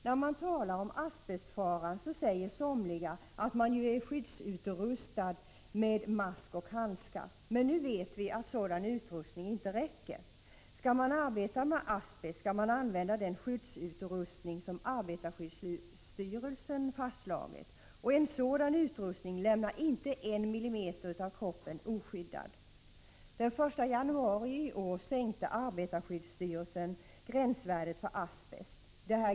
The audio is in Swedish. När frågan om asbestfaran kommer på tal säger somliga att man ju är skyddsutrustad med mask och handskar. Men nu vet vi att sådan utrustning inte räcker. Skall man arbeta med asbest, skall man använda den skyddsutrustning som arbetarskyddsstyrelsen fastslagit. Och en sådan utrustning lämnar inte en millimeter av kroppen oskyddad. Den 1 januari i år sänkte arbetarskyddsstyrelsen gränsvärdet för asbest.